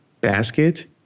basket